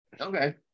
Okay